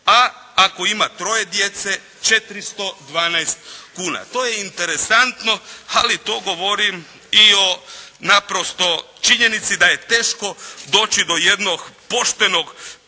a ako ima troje djece 412 kuna. To je interesantno, ali to govori i o naprosto činjenici da je teško doći do jednog poštenog pristupa